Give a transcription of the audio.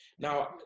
Now